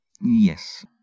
Yes